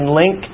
link